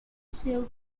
silk